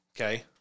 Okay